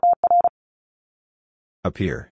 Appear